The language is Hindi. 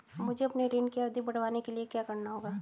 मुझे अपने ऋण की अवधि बढ़वाने के लिए क्या करना होगा?